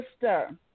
sister